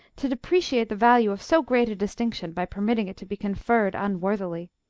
to depreciate the value of so great a distinction by permitting it to be conferred unworthily.